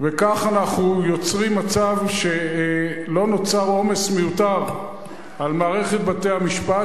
וכך אנחנו יוצרים מצב שלא נוצר עומס מיותר על מערכת בתי-המשפט,